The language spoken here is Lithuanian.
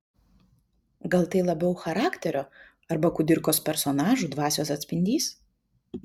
gal tai labiau charakterio arba kudirkos personažų dvasios atspindys